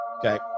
Okay